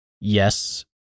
yes